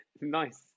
nice